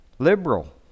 liberal